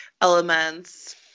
elements